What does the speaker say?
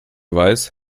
weiß